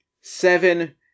seven